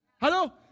Hello